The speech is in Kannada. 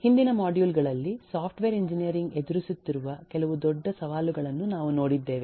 ಹಿಂದಿನ ಮಾಡ್ಯೂಲ್ ಗಳಲ್ಲಿ ಸಾಫ್ಟ್ವೇರ್ ಎಂಜಿನಿಯರಿಂಗ್ ಎದುರಿಸುತ್ತಿರುವ ಕೆಲವು ದೊಡ್ಡ ಸವಾಲುಗಳನ್ನು ನಾವು ನೋಡಿದ್ದೇವೆ